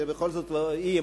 כי בכל זאת זה אי-אמון,